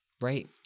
Right